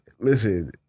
Listen